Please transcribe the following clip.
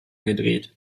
gedreht